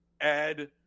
add